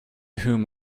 whom